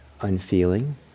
unfeeling